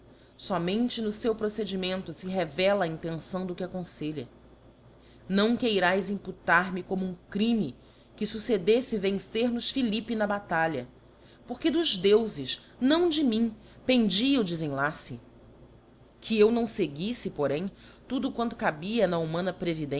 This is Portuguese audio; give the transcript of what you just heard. somente no feu procedimento fe revela a intenção do que aconfelha não queiras imputar me como um crime que fuccedeífe vencer nos philippe na batalha porque dos deufes não de mim pendia o desenlace que eu não feguifle porém tudo quanto cabia na humana